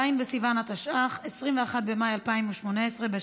ז' בסיוון התשע"ח, 21 במאי 2018,